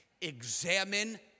Examine